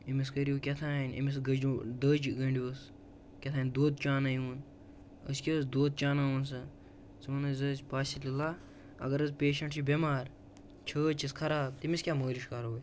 أمِس کٔرِو کیٛاہتانۍ أمِس گٔجو دٔج گٔنٛڈہوٗس کیٛاہتانۍ دۄد چاوٕنٲوہوٗن أسۍ کیٛاہ حظ دۄد چاوٕناوہون سُہ ژٕ وَن حظ زِ پاسہِ اِللہ اگر حظ پیشنٛٹ چھُ بٮ۪مار چھٲتۍ چھَس خراب تٔمِس کیٛاہ مٲلِش کَرو